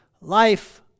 life